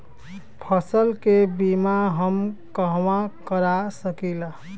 फसल के बिमा हम कहवा करा सकीला?